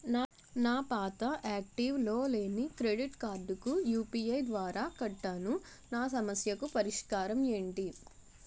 నా పాత యాక్టివ్ లో లేని క్రెడిట్ కార్డుకు యు.పి.ఐ ద్వారా కట్టాను నా సమస్యకు పరిష్కారం ఎంటి?